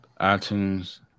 iTunes